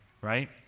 right